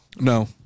No